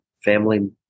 family